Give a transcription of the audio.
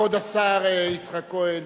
כבוד השר יצחק כהן,